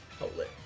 outlet